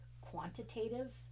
quantitative